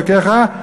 אלוקיך,